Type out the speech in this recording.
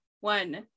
one